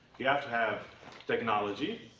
you have to have technology,